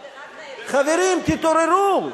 חברים, תתעוררו,